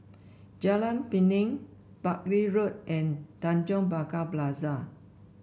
Jalan Pinang Buckley Road and Tanjong Pagar Plaza